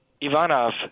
Ivanov